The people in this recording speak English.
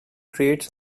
trails